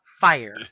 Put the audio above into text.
fire